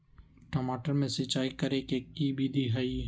टमाटर में सिचाई करे के की विधि हई?